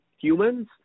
humans